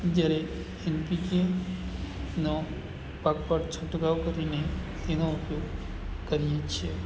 જ્યારે એનપીકેનો પાક પર છંટકાવ કરીને તેનો ઉપયોગ કરીએ છે